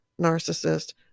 narcissist